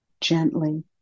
gently